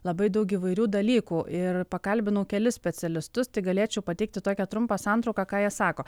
labai daug įvairių dalykų ir pakalbinau kelis specialistus tai galėčiau pateikti tokią trumpą santrauką ką jie sako